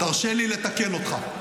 תרשה לי לתקן אותך.